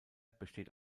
besteht